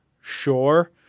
sure